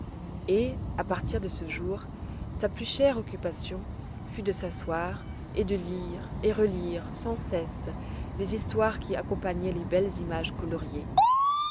et à partir de ce jour sa plus chère occupation fut de s'asseoir et de lire et relire sans cesse les histoires qui accompagnaient les belles images coloriées